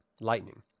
Lightning